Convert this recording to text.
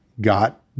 got